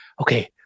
okay